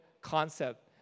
concept